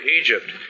Egypt